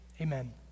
amen